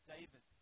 David